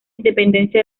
independencia